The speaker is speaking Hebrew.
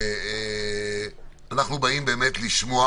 אנחנו באים לשמוע.